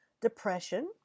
depression